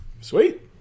Sweet